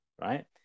right